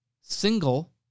single